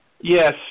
Yes